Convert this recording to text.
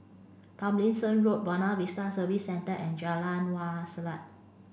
Tomlinson Road Buona Vista Service Centre and Jalan Wak Selat